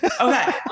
Okay